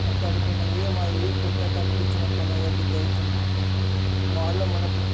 అక్కడున్న ఏ కొత్త కనిపిచ్చినా కొనయే బుద్ధి అవుతుంది మాల్లో మనకు